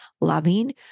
loving